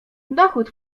dochód